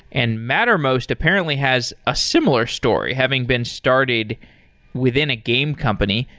and mattermost apparently has a similar story, having been started within a game company.